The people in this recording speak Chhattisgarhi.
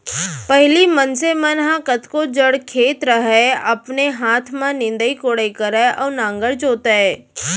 पहिली मनसे मन ह कतको जड़ खेत रहय अपने हाथ में निंदई कोड़ई करय अउ नांगर जोतय